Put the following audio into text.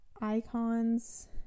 icons